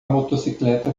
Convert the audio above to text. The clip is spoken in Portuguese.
motocicleta